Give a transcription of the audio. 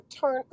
turn